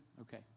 Okay